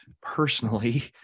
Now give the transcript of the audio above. personally